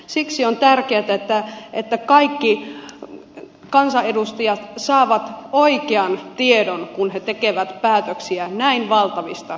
siksi on tärkeätä että kaikki kansanedustajat saavat oikean tiedon kun he tekevät päätöksiä näin valtavista suomen vastuista